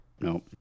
Nope